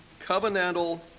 covenantal